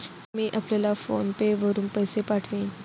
मी आपल्याला PhonePe वरुन पैसे पाठवीन